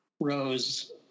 Rose